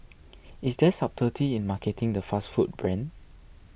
is there subtlety in marketing the fast food brand